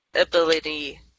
Ability